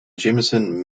jameson